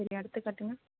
சரி அடுத்து காட்டுங்க